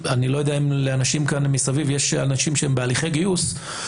אם לאנשים מסביב יש אנשים שהם בהליכי גיוס.